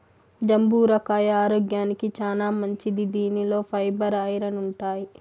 జంబూర కాయ ఆరోగ్యానికి చానా మంచిది దీనిలో ఫైబర్, ఐరన్ ఉంటాయి